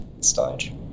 stage